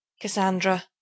Cassandra